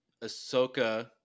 Ahsoka